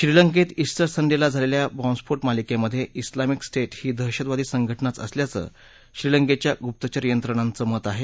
श्रीलंकेत उट्टर संडेला झालेल्या बॉम्बस्फोट मालिकेमधे उल्लामिक स्टेट ही दहशतवादी संघटनाच असल्याचं श्रीलंकेच्या गुप्तचर यंत्रणांच मत आहे